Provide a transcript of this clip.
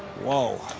whoa.